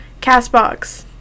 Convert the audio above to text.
Castbox